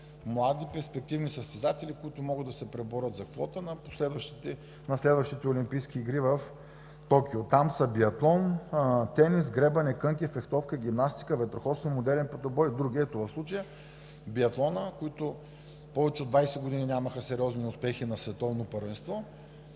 млади перспективни състезатели, които могат да се преборят за квота на следващите Олимпийски игри в Токио. Там са биатлон, тенис, гребане, кънки, фехтовка, гимнастика, ветроходство, модерен петобой и други. Ето, в случая с биатлона, които повече от 20 години нямаха сериозни успехи на световно първенство,